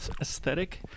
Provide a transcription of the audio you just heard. aesthetic